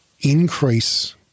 increase